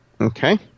Okay